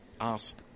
ask